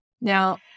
Now